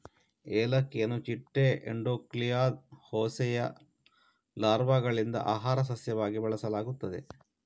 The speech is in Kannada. ಏಲಕ್ಕಿಯನ್ನು ಚಿಟ್ಟೆ ಎಂಡೋಕ್ಲಿಟಾ ಹೋಸೆಯ ಲಾರ್ವಾಗಳಿಂದ ಆಹಾರ ಸಸ್ಯವಾಗಿ ಬಳಸಲಾಗುತ್ತದೆ